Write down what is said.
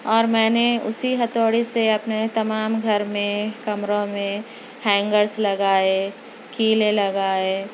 اور میں نے اُسی ہتھوڑی سے اپنے تمام گھر میں کمروں میں ہینگرس لگائے کیلیں لگائے